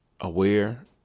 aware